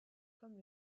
comme